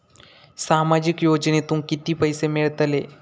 सामाजिक योजनेतून किती पैसे मिळतले?